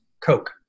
Coke